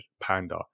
panda